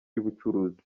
y’ubucuruzi